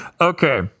Okay